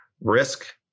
risk